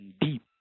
deep